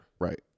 Right